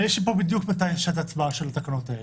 יש לי פה בדיוק מתי שעת ההצבעה של התקנות האלה.